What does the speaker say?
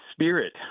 spirit